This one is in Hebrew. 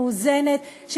מאוזנת,